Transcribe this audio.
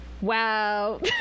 Wow